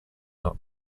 not